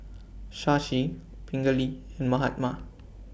Shashi Pingali and Mahatma